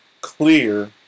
clear